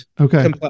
Okay